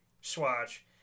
swatch